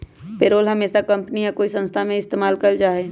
payroll हमेशा ही company या कोई संस्था में ही इस्तेमाल कइल जाहई